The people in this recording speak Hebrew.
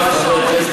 עכשיו,